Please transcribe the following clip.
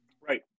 Right